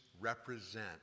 represent